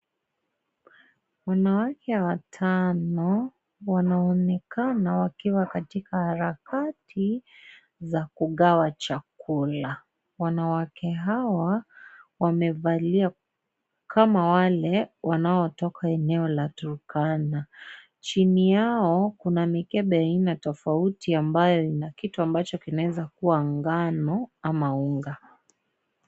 Wanawake watano , wanaonekana wakiwa katika harakati za kugagwa chakula. Wanawake hawa wamevalia kama wale wanaotoka eneo la Turkana. Chini yao, kuna mikebe ya aina tofauti ambayo ina kitu ambacho kunaeza kuwa ngano ama unga.